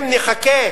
אם נחכה